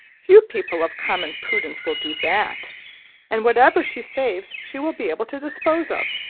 few people of common prudence will do that and whatever she saves, she will be able to dispose of.